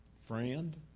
friend